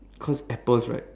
cause apples right